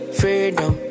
freedom